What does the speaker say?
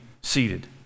seated